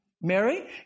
Mary